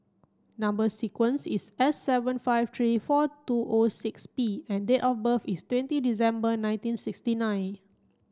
number sequence is S seven five three four two O six P and date of birth is twenty December nineteen sixty nine